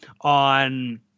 on